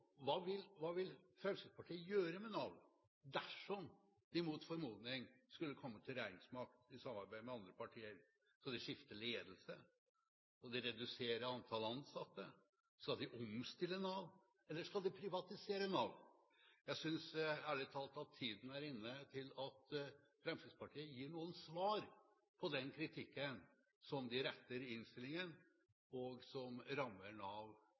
Hva vil Fremskrittspartiet gjøre med Nav dersom de mot formodning skulle komme til regjeringsmakt i samarbeid med andre partier? Skal de skifte ledelse og redusere antall ansatte? Skal de omstille Nav, eller skal de privatisere Nav? Jeg synes ærlig talt at tida er inne til at Fremskrittspartiet gir noen svar på den kritikken som de retter i innstillingen, og som rammer